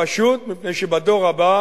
פשוט מפני שבדור הבא